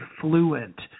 fluent